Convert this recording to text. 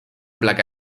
placa